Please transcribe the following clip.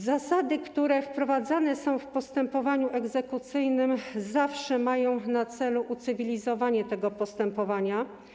Zasady, które wprowadzane są w postępowaniu egzekucyjnym, zawsze mają na celu ucywilizowanie tego postępowania.